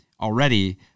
already